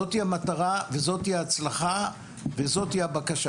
זאתי המטרה וזאת ההצלחה וזאת הבקשה